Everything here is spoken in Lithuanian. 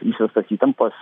visas tas įtampas